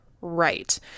right